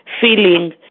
feeling